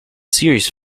series